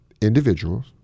individuals